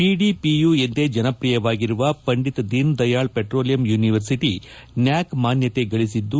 PDPU ಎಂದೇ ಜನಪ್ರಿಯವಾಗಿರುವ Pandit Deen Dayal petroleum university ನ್ನಾಕ್ ಮಾನ್ನತೆ ಗಳಿಸಿದ್ದು